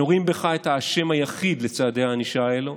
אנו רואים בך את האשם היחיד לצעדי הענישה אלו,